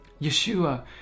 Yeshua